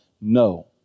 no